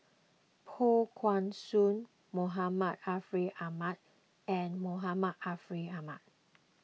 Poh Kay Swee Muhammad Ariff Ahmad and Muhammad Ariff Ahmad